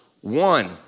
one